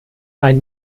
ein